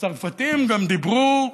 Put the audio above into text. והצרפתים גם דיברו,